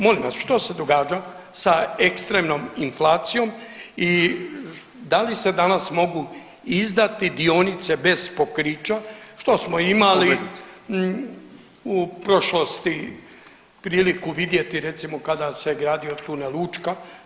Molim vas što se događa sa ekstremnom inflacijom i da li se danas mogu izdati dionice bez pokrića, što smo imali u prošlosti priliku vidjeti recimo kada se gradio tunel Učka.